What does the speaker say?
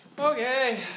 Okay